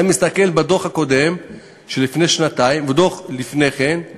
אתה מסתכל בדוח הקודם של לפני שנתיים ובדוח שלפני כן,